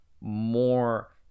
more